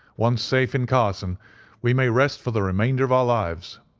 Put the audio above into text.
once safe in carson we may rest for the remainder of our lives.